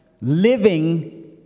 living